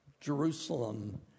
Jerusalem